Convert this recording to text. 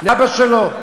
לאבא שלו,